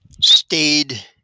stayed